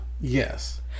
Yes